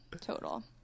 total